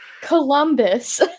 Columbus